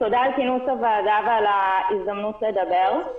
תודה כינוס הוועדה ועל ההזדמנות לדבר.